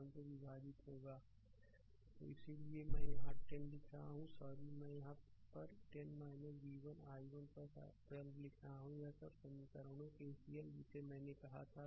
slide समय देखें 2250 तो इसीलिए मैं यहाँ 10 लिख रहा हूँसॉरी मैं यहाँ पर 10 v1 i1 12 लिख रहा हूँ यह सब समीकरणों केसीएल जिसे मैंने कहा है